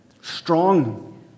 Strong